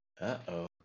Uh-oh